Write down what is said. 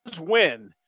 win